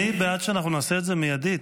אני בעד שנעשה את זה מיידית.